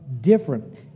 different